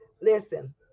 Listen